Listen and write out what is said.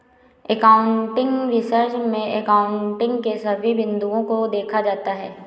accounting research में accounting के सभी बिंदुओं को देखा जाता है